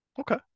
Okay